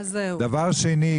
דבר שני,